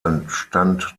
entstand